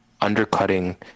undercutting